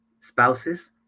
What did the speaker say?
spouses